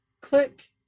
click